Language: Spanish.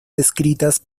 descritas